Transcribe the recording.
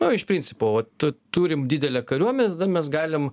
na iš principo vat turim didelę kariuomenę tada mes galim